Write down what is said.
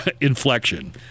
inflection